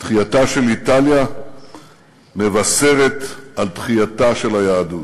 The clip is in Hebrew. תחייתה של איטליה מבשרת על תחייתה של היהדות.